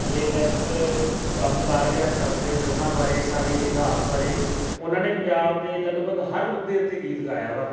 latest ਕੰਮ ਕਾਰ ਵਿਹਾਰ ਚੱਲ ਰਹੇ ਨੇ ਉਹਨਾਂ ਬਾਰੇ ਸਾਡੇ ਇਤਿਹਾਸ ਬਾਰੇ ਉਹਨਾਂ ਨੇ ਪੰਜਾਬ ਦੇ ਲਗਭਗ ਹਰ ਮੁੱਦੇ ਉੱਤੇ ਗੀਤ ਗਾਇਆ ਵਾ